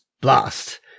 Blast